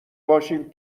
باشیم